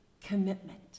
commitment